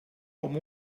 com